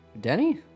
Denny